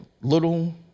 little